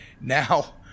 now